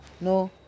no